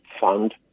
fund